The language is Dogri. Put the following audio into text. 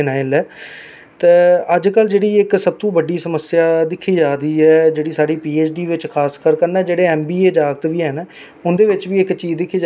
कशमीर च जां किन्ना पार्टीस्पेट करा दियां पार्टियां अदर पार्टियां जां केह् चीज ऐ इत्ते ते मिगी ते इत्थै तक है कि जेहकी साढ़े जम्मू दे लोक ना ओह् खिच्चियै कोई दस परसैंट